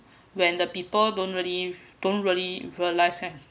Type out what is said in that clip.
when the people don't really don't really realize can